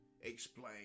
explain